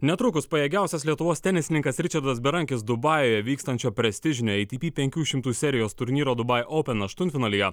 netrukus pajėgiausias lietuvos tenisininkas ričardas berankis dubajuje vykstančio prestižinio ei ti pi penkių šimtų serijos turnyro dubai oupen aštuntfinalyje